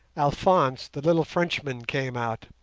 alphonse, the little frenchman, came out,